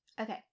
Okay